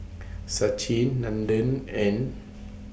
Sachin Nandan and